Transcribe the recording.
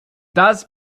das